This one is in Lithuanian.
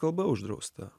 kalba uždrausta